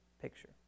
picture